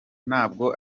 ntabwo